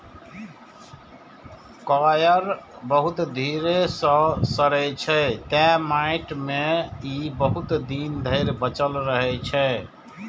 coir बहुत धीरे सं सड़ै छै, तें माटि मे ई बहुत दिन धरि बचल रहै छै